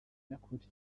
nyakuri